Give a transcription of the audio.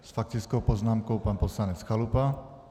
S faktickou poznámkou pan poslanec Chalupa.